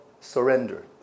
surrender